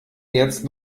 jetzt